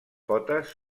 potes